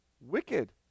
wicked